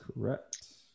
correct